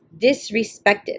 disrespected